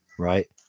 right